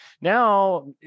Now